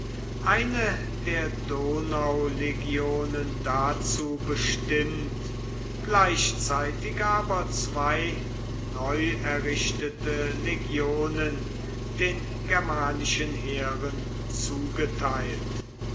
eine der donaulegionen dazu bestimmt gleichzeitig aber zwei neu errichtete legionen den germanischen heeren zugeteilt